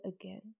again